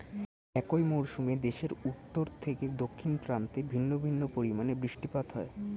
একই মরশুমে দেশের উত্তর থেকে দক্ষিণ প্রান্তে ভিন্ন ভিন্ন পরিমাণে বৃষ্টিপাত হয়